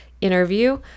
interview